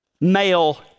male